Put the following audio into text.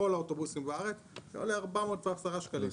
האוטובוסים בארץ וזה עולה 410 שקלים,